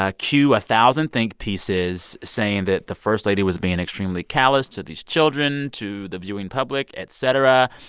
ah queue a thousand think pieces saying that the first lady was being extremely callous to these children, to the viewing public, et cetera.